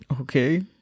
okay